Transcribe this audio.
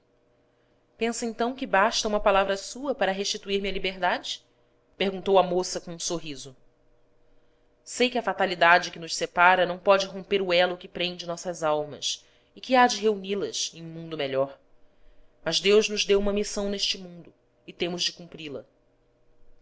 pensa então que basta uma palavra sua para restituir-me a liberdade perguntou a moça com um sorriso sei que a fatalidade que nos separa não pode romper o elo que prende nossas almas e que há de reuni las em mundo melhor mas deus nos deu uma missão neste mundo e temos de cumpri la